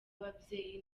ababyeyi